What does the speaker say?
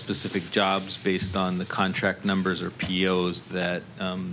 specific jobs based on the contract numbers or pos that